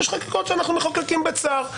יש חקיקות שאנחנו מחוקקים בצער.